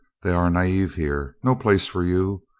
they are naive here. no place for you.